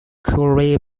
quarry